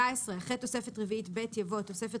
(17)אחרי התוספת הרביעית ב' יבוא: "תוספת